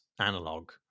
analog